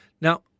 Now